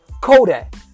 Kodak